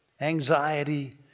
anxiety